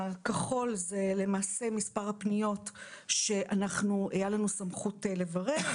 הכחול זה למעשה מספר הפניות שהייתה לנו סמכות לברר.